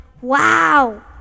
Wow